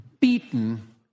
beaten